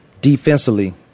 defensively